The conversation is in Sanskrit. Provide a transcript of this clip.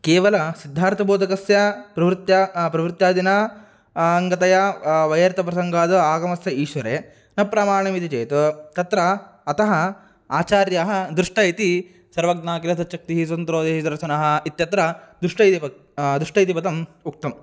केवल सिद्धार्थबोधकस्य प्रवृत्या प्रवृत्यादिना अङ्गतया वैयर्तप्रसङ्गाद् आगमस्थ ईश्वरे न प्रमाणमिति चेत् तत्र अतः आचार्याः दृष्टाः इति सर्वज्ञाकिलतच्चक्तिः स्वतन्त्रो देहि दर्शनः इत्यत्र दुष्टः इति वक् दुष्टः इति पदम् उक्तम्